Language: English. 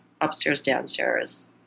upstairs-downstairs